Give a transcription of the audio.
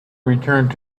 returned